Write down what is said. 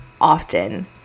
often